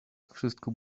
wszystko